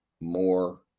more